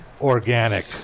organic